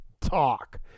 talk